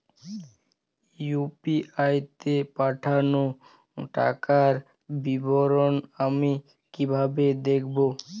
UPI তে পাঠানো টাকার বিবরণ আমি কিভাবে দেখবো?